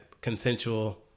consensual